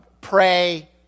pray